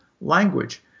language